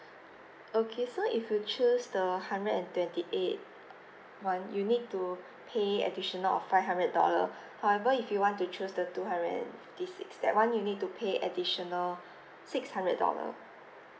okay so if you choose the hundred and twenty eight one you need to pay additional of five hundred dollar however if you want to choose the two hundred and fifty six that one you need to pay additional six hundred dollar